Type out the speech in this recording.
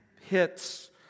hits